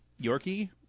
yorkie